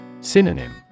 Synonym